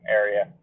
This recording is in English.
area